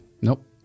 Nope